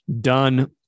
done